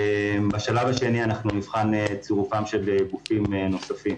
בשלב השני אנחנו נבחן צירוף גופים נוספים.